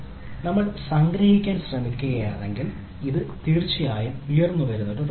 നമ്മൾ സംഗ്രഹിക്കാൻ ശ്രമിക്കുകയാണെങ്കിൽ അത് തീർച്ചയായും ഉയർന്നുവരുന്ന വിഷയമാണ്